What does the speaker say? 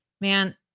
man